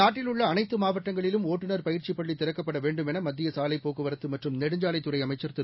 நாட்டில் உள்ள அனைத்து மாவட்டங்களிலும் ஒட்டுநர் பயிற்சி பள்ளி திறக்கப்பட வேண்டும் என மத்திய சாலைப் போக்குவரத்து மற்றும் நெடுஞ்சாலைத்துறை அமைச்சர் திரு